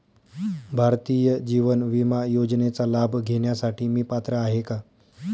भारतीय जीवन विमा योजनेचा लाभ घेण्यासाठी मी पात्र आहे का?